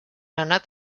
anat